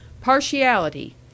Partiality